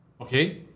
Okay